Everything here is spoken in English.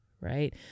right